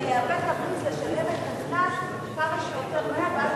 זה יהווה תמריץ לשלם את הקנס כמה שיותר מהר,